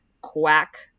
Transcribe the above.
quack